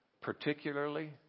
Particularly